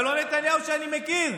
זה לא נתניהו שאני מכיר,